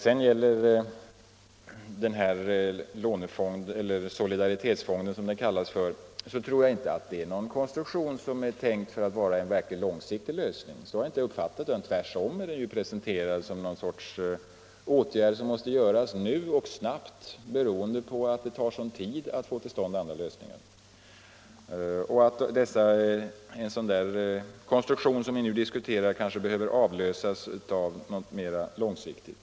Sedan tror jag inte att solidaritetsfonden är en konstruktion som är tänkt att innebära någon långsiktig lösning. Så har jag inte uppfattat den. Tvärtom är den presenterad som någonting som måste göras nu 97 lansproblemen på grund av de höjda oljepriserna och göras snabbt, beroende på att det tar lång tid att få till stånd andra lösningar. En sådan konstruktion som vi nu diskuterar kanske behöver avlösas av något mer långsiktigt.